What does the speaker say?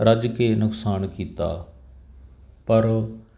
ਰੱਜ ਕੇ ਨੁਕਸਾਨ ਕੀਤਾ ਪਰ